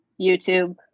youtube